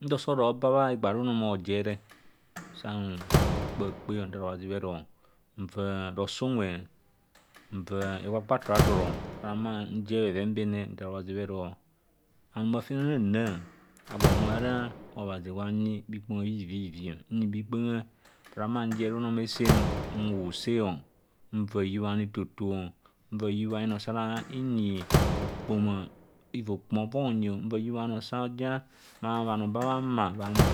Nta osoroba bha egbee a runome ojer re, sa mkpaakpeo, ntha obhaze ber nva rose unwe, nva ekpakpa thurathur a humo jer bheven bene nthaar obhaz bhero anum aferna hanra agwwo mara obhazi gwa yina bhukpenga bhuvi bhuvi, nyi, bhikpenga, fanra nhumor njer runome sem nhur se o nva hiyubha anoetoto nva hiyubha ano sa ara hinyiokpoma hiva hokpoma honyi ma bhanoo ba bhang mar, bhanyon